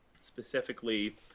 specifically